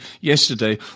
yesterday